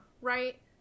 right